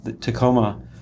Tacoma